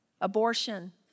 abortion